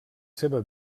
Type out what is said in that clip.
seva